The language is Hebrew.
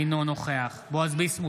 אינו נוכח בועז ביסמוט,